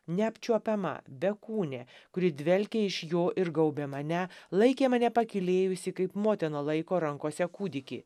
neapčiuopiama bekūnė kuri dvelkė iš jo ir gaubė mane laikė mane pakylėjusi kaip motina laiko rankose kūdikį